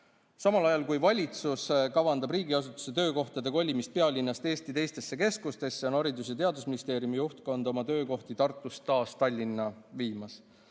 Samal ajal kui valitsus kavandab riigiasutuste töökohtade kolimist pealinnast Eesti teistesse keskustesse, on Haridus- ja Teadusministeeriumi juhtkond oma töökohti Tartust taas Tallinna viimas.